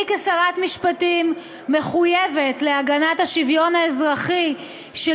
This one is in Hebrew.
אני כשרת המשפטים מחויבת להגנת השוויון האזרחי של